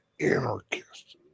anarchist